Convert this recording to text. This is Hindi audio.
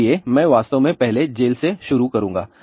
इसलिए मैं वास्तव में पहले जेल से शुरू करूंगा